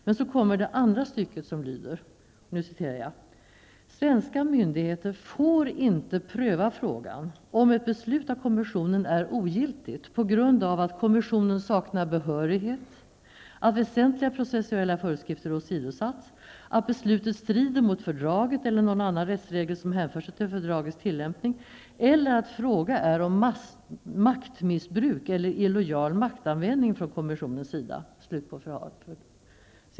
Men så kommer det andra stycket som lyder: ''Svenska myndigheter får inte pröva frågan om ett beslut av kommissionen är ogiltigt på grund av att kommissionen saknat behörighet, att väsentliga processuella föreskrifter åsidosatts, att beslutet strider mot fördraget eller någon annan rättsregel som hänför sig till fördragets tillämpning eller att fråga är om maktmissbruk eller illojal maktanvändning från kommissionens sida.''